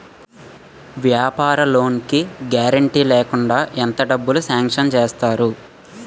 వ్యాపార లోన్ కి గారంటే లేకుండా ఎంత డబ్బులు సాంక్షన్ చేస్తారు?